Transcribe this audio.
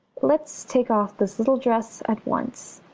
let's take off this little dress at once.